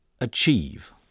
achieve